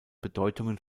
bedeutungen